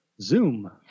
Zoom